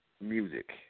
music